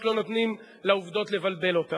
לא נותנים לעובדות לבלבל אותם.